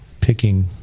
picking